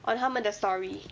on 她们的 story